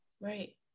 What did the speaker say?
Right